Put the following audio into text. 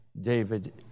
David